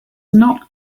not